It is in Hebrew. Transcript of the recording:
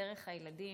דרך הילדים,